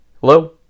Hello